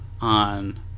on